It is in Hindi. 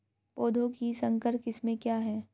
पौधों की संकर किस्में क्या हैं?